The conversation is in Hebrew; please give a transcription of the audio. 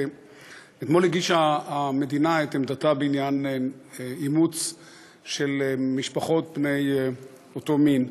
אתמול הגישה המדינה את עמדתה בעניין אימוץ במשפחות של בני אותו מין,